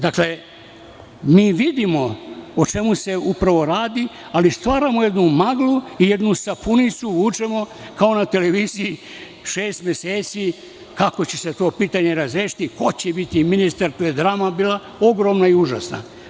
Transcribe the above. Dakle, mi vidimo o čemu se upravo radi, ali stvaramo jednu maglu i jednu sapunicu vučemo kao na televiziji šest meseci, kako će se to pitanje razrešiti, ko će biti ministar, tu je drama bila ogromna i užasna.